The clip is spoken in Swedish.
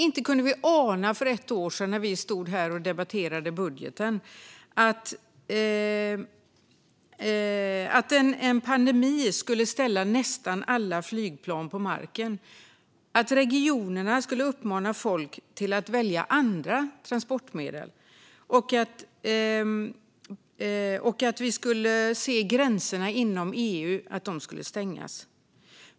Inte kunde vi ana för ett år sedan, när vi stod här och debatterade budgeten, att en pandemi skulle ställa nästan alla flygplan på marken, att regionerna skulle uppmana folk att välja andra transportmedel och att vi skulle se gränserna inom EU stängas.